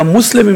גם מוסלמים,